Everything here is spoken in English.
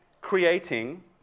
creating